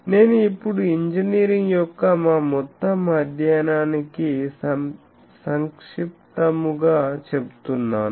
నేను ఇప్పుడు ఇంజనీరింగ్ యొక్క మా మొత్తం అధ్యయనానికి సంక్షిప్తము గా చెప్తున్నాను